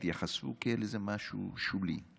התייחסו לזה כאל איזה משהו שולי.